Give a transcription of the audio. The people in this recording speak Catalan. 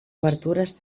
obertures